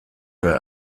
für